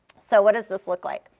so what does this look like?